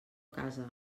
casa